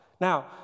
Now